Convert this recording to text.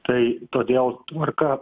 tai todėl tvarka